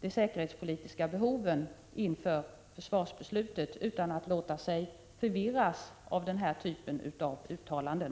de säkerhetspolitiska frågorna inför försvarsbeslutet, utan att låta sig förvirras av den här typen av uttalanden.